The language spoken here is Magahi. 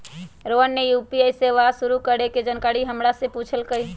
रोहन ने यू.पी.आई सेवा शुरू करे के जानकारी हमरा से पूछल कई